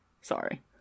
Sorry